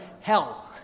hell